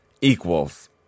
equals